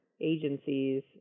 agencies